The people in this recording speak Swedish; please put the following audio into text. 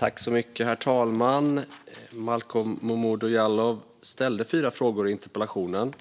Herr talman! Malcolm Momodou Jallow ställde fyra frågor i interpellationen.